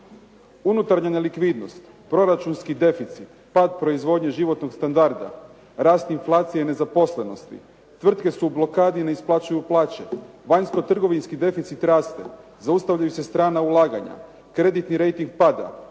Unutarnja nelikvidnost, proračunski deficit, pad proizvodnje životnog standarda, rast inflacije i nezaposlenosti, tvrtke su u blokadi i ne isplaćuju plaće, vanjsko-trgovinski deficit raste, zaustavljaju se strana ulaganja, kreditni rejting pada,